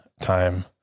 time